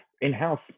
in-house